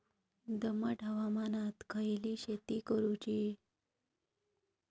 दमट हवामानात खयली शेती करूची?